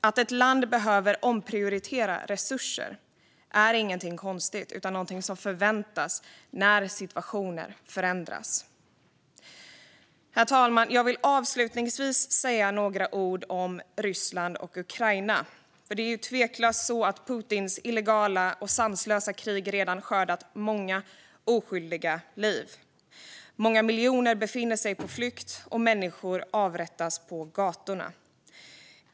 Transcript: Att ett land behöver omprioritera resurser är ingenting konstigt utan något som förväntas när situationer förändras. Herr talman! Jag vill avslutningsvis säga några ord om Ryssland och Ukraina. Det är tveklöst så att Putins illegala och sanslösa krig redan skördat många oskyldiga liv. Många miljoner befinner sig på flykt, och människor avrättas på gatorna.